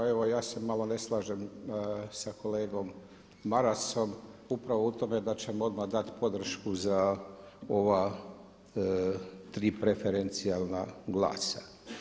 Evo ja se malo ne slažem sa kolegom Marasom upravo u tome da ćemo odmah dati podršku za ova 3 preferencijalna glasa.